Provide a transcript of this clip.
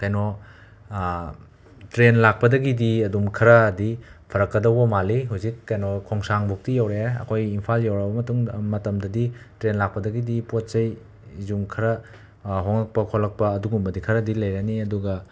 ꯀꯩꯅꯣ ꯇ꯭ꯔꯦꯟ ꯂꯥꯛꯄꯗꯒꯤꯗꯤ ꯑꯗꯨꯝ ꯈꯔꯗꯤ ꯐꯔꯛꯀꯗꯧꯕ ꯃꯥꯜꯂꯤ ꯍꯩꯖꯤꯛ ꯀꯦꯅꯣ ꯈꯣꯡꯁꯥꯡꯃꯨꯛꯇꯤ ꯌꯧꯔꯛꯑꯦ ꯑꯩꯈꯣꯏ ꯏꯝꯐꯥꯜ ꯌꯧꯔꯛꯑꯕ ꯃꯇꯨꯡꯗ ꯃꯇꯝꯗꯗꯤ ꯇ꯭ꯔꯦꯟ ꯂꯥꯛꯄꯗꯒꯤꯗꯤ ꯄꯣꯠ ꯆꯩ ꯁꯨꯝ ꯈꯔ ꯍꯣꯡꯉꯛꯄ ꯈꯣꯠꯂꯛꯄ ꯑꯗꯨꯒꯨꯝꯕꯗꯤ ꯈꯔꯗꯤ ꯂꯩꯔꯅꯤ ꯑꯗꯨꯒ